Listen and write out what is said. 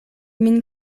min